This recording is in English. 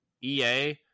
EA